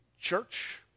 church